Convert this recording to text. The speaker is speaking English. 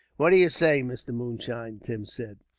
what do you say, mr. moonshine? tim said.